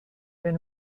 been